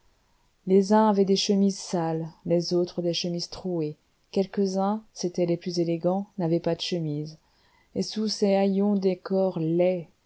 les uns avaient des chemises sales les autres des chemises trouées quelques-uns c'étaient les plus élégants n'avaient pas de chemise et sous ces